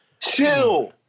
Chill